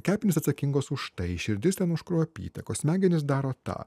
kepenys atsakingos už tai širdis ten už kraujo apytakos smegenys daro tą